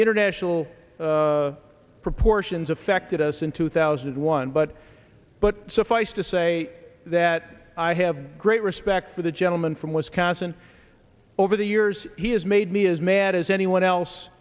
international proportions affected us in two thousand and one but but suffice to say that i have great respect for the gentleman from wisconsin over the years he has made me as mad as anyone else